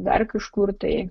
dar kažkur tai